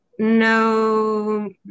No